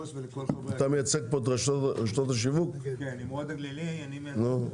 אז מצד אחד רוצים להפחית מכסים כדי להביא עוד תוצרת מיובאת כדי